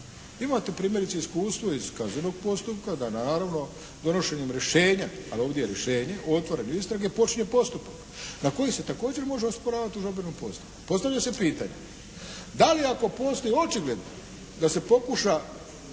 Imate primjerice iskustvo iz kaznenog postupka da naravno donošenjem rješenja, ali ovdje je rješenje, otvorene istrage počinje postupak na koji se također može osporavati u žalbenom postupku. Postavlja se pitanje da li ako postoji očigledno da se pokuša